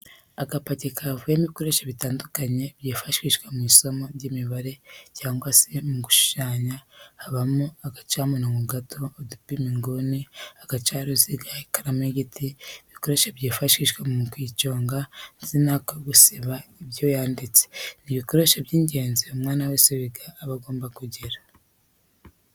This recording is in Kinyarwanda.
Agapaki kavuyemo ibikoresho bitandukanye byifashishwa mu isomo ry'imibare cyangwa se mu gushushanya habamo agacamurongo gato, udupima inguni, uducaruziga, ikaramu y'igiti n'agakoresho kifashishwa mu kuyiconga ndetse n'ako gusiba ibyo yanditse, ni ibikoresho by'ingenzi umwana wese wiga aba agomba kugira.